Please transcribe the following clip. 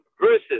Versus